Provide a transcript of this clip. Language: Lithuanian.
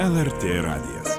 lrt radijas